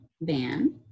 Van